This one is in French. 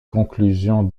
conclusion